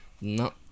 No